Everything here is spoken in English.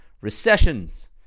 recessions